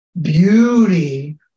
beauty